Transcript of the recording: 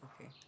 Okay